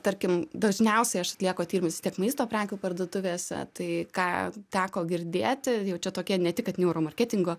tarkim dažniausiai aš atlieku tyrimus vis tiek maisto prekių parduotuvėse tai ką teko girdėti jau čia tokie ne tik kad neuromarketingo